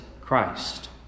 Christ